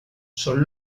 son